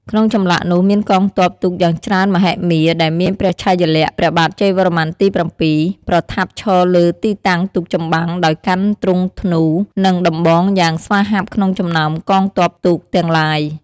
ក្នុងចម្លាក់នោះ មានកងទ័ពទូកយ៉ាងច្រើនមហិមាដែលមានព្រះឆាយាល័ក្ខណ៍ ព្រះបាទជ័យវរ្ម័នទី៧ ប្រថាប់ឈរលើទីតាំងទូកចម្បាំងដោយកាន់ទ្រង់ធ្នូ និងដំបងយ៉ាងស្វាហាប់ក្នុងចំណោមកងទ័ពទូកទាំងឡាយ។